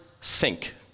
Sink